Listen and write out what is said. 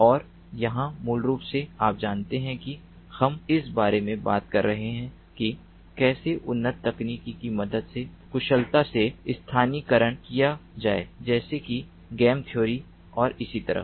और यहां मूल रूप से आप जानते हैं कि हम इस बारे में बात कर रहे हैं कि कैसे उन्नत तकनीकों की मदद से कुशलता से स्थानीयकरण किया जाए जैसे कि गेम थ्योरी और इसी तरह